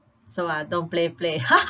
so ah don't play play